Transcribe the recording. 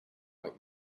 like